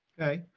okay,